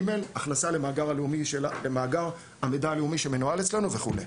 ג' - הכנסה למאגר המידע הלאומי שמנוהל אצלנו וכולי.